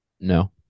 No